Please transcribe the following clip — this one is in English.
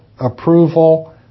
approval